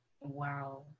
Wow